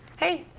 hey.